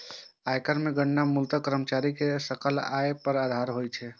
आयकर के गणना मूलतः कर्मचारी के सकल आय के आधार पर होइ छै